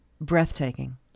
breathtaking